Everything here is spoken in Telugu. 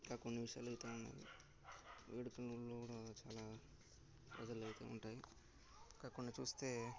ఇంకా కొన్ని విషయాల్లో అయితే వేడుకల్లో కూడా చాలా అయితే ఉంటాయి ఇంకా కొన్ని చూస్తే